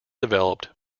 developed